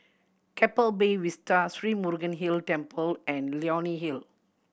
Keppel Bay Vista Sri Murugan Hill Temple and Leonie Hill